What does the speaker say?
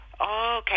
okay